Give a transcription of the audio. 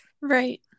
right